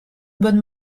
bonne